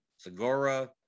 Segura